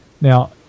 Now